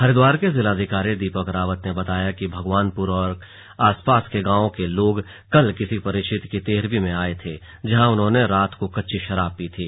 हरिद्वार के जिलाधिकारी दीपक रावत ने बताया कि भगवानपुर के आसपास के गांवों के लोग कल किसी परिचित की तेहरवीं में आये थे जहां उन्होंने रात को कच्ची शराब पी थी